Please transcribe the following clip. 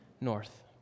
North